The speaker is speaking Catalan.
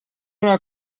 una